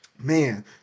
man